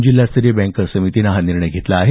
जिल्हास्तरीय बँकर्स समितीनं हा निर्णय घेतला आहे